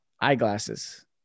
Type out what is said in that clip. eyeglasses